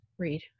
read